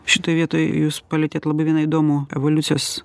šitoj vietoj jūs palietėt labai vieną įdomų evoliucijos